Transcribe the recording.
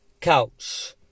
couch